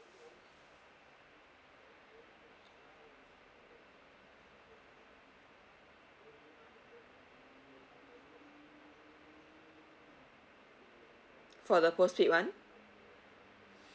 for the postpaid [one]